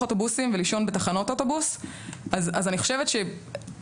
עסקתי